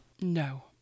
No